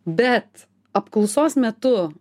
bet apklausos metu